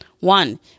One